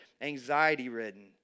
anxiety-ridden